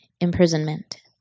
imprisonment